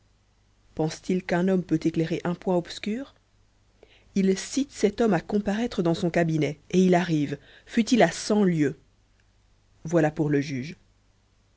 pense-t-il qu'un homme peut éclairer un point obscur il cite cet homme à comparaître dans son cabinet et il arrive fût-il à cent lieues voilà pour le juge